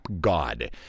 god